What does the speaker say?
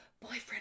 Boyfriend